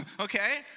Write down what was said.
okay